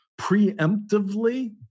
preemptively